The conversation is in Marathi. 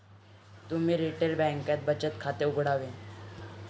तुम्ही रिटेल बँकेत बचत खाते उघडावे